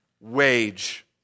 wage